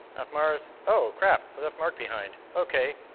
left mars. oh, crap, we left mark behind. okay,